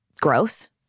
gross